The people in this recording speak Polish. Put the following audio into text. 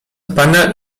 pana